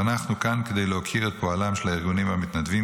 ואנחנו כאן כדי להוקיר את פועלם של הארגונים המתנדבים,